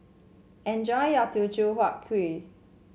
enjoy your Teochew Huat Kuih